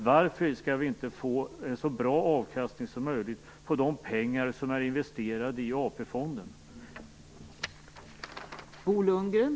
Varför skall vi inte få så bra avkastning som möjligt på de pengar som är investerade i AP-fonderna?